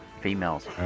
females